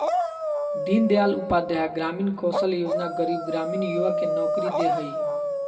दीन दयाल उपाध्याय ग्रामीण कौशल्य योजना गरीब ग्रामीण युवा के नौकरी दे हइ